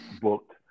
booked